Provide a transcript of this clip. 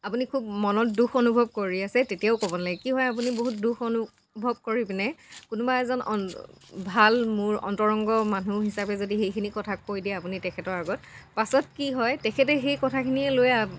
আপুনি খুব মনত দুখ অনুভৱ কৰি আছে তেতিয়াও ক'ব নালাগে কি হয় আপুনি খুব দুখ অনুভৱ কৰি পিনে কোনোবা এজন অন ভাল মোৰ অন্তৰংগ মানুহ হিচাপে যদি সেইখিনি কথা কৈ দিয়ে আপুনি তেখেতৰ আগত পাছত কি হয় তেখেতে সেই কথাখিনিকে লৈ